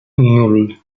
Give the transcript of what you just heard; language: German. nan